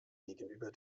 gegenüber